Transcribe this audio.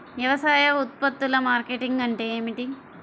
వ్యవసాయ ఉత్పత్తుల మార్కెటింగ్ అంటే ఏమిటి?